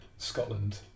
Scotland